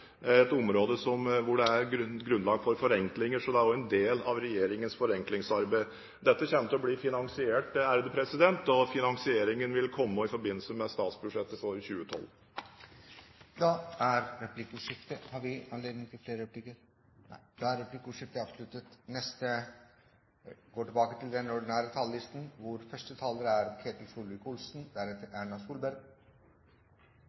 et område hvor det er grunnlag for forenklinger. Så det er også en del av regjeringens forenklingsarbeid. Dette kommer til å bli finansiert, og finansieringen vil komme i forbindelse med statsbudsjettet for 2012. Replikkordskiftet er avsluttet. Når vi nå diskuterer revidert budsjett, er det bra at vi også diskuterer prinsippene og tilnærmingen til en ansvarlig økonomisk politikk. Vi er alle for at det skal føres en ansvarlig økonomisk politikk, og det er